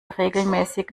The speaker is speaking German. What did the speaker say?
regelmäßig